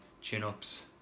chin-ups